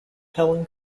helen